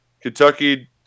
Kentucky